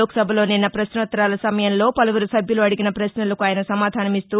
లోక్ సభలో నిన్న పశ్నోత్తరాల సమయంలో పలువురు సభ్యులు అడిగిన పశ్నలకు ఆయన సమాధానమిస్తూ